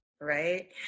right